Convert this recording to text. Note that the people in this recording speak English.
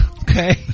Okay